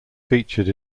featured